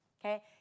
okay